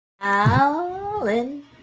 Alan